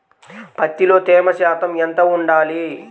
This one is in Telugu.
పత్తిలో తేమ శాతం ఎంత ఉండాలి?